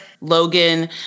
Logan